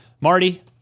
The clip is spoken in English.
Marty